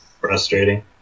frustrating